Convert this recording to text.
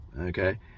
Okay